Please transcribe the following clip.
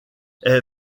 est